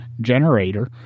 generator